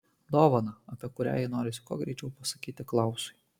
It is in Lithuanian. dovaną apie kurią jai norisi kuo greičiau pasakyti klausui